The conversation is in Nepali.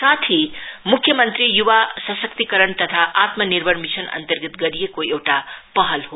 साथी मुख्य मंत्री युवा सशक्तीकरण तथा आत्मनिर्भर मिशनअन्तर्गत गरिएको एउटा पहल हो